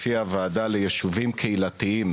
לפי הוועדה ליישובים קהילתיים